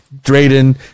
drayden